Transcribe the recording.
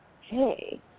Hey